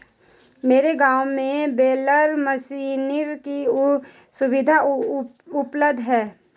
मेरे गांव में बेलर मशीनरी की सुविधा उपलब्ध है